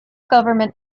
government